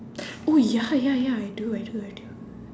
oh ya ya ya I do I do I do